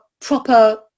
proper